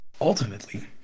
Ultimately